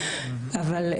אבל,